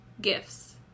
gifts